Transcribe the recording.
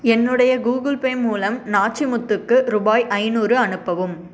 என்னுடைய Google Pay மூலம் நாச்சிமுத்துக்கு ருபாய் ஐந்நூறு அனுப்பவும்